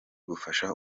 bufasha